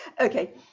Okay